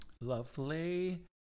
Lovely